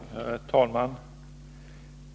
Herr talman!